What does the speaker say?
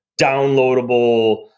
downloadable